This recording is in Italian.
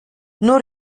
non